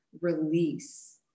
release